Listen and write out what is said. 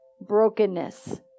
brokenness